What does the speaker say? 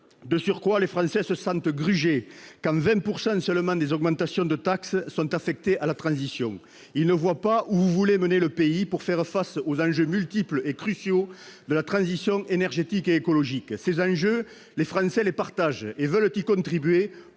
De surcroît, les Français se sentent grugés quand 20 % seulement des augmentations de taxes sont affectés à la transition. Ils ne voient pas où vous voulez mener le pays, quand il s'agit de faire face aux enjeux multiples et cruciaux de la transition énergétique et écologique. Ces enjeux, les Français les partagent ; cette transition,